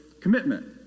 commitment